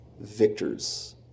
victors